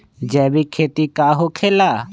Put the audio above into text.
जैविक खेती का होखे ला?